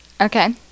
Okay